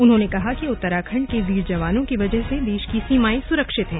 उन्होंने कहा कि उत्तराखंड के वीर जवानों की वजह से देश की सीमाएं सुरक्षित हैं